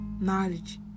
knowledge